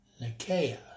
Nicaea